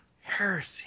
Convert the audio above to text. Heresy